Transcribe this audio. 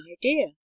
idea